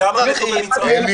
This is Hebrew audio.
כמה מתו במצרים?